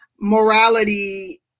morality